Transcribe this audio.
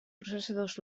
processadors